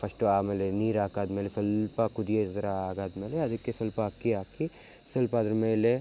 first ಆಮೇಲೆ ನೀರು ಹಾಕಾದ ಮೇಲೆ ಸ್ವಲ್ಪ ಕುದಿ ಅದರ ಆದ ಆದ ಮೇಲೆ ಅದಕ್ಕೆ ಸ್ವಲ್ಪ ಅಕ್ಕಿ ಹಾಕಿ ಸ್ವಲ್ಪ ಅದ್ರ ಮೇಲೆ